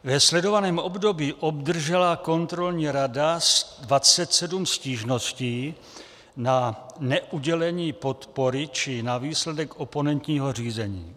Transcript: Ve sledovaném období obdržela kontrolní rada 27 stížností na neudělení podpory či na výsledek oponentního řízení.